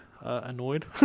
annoyed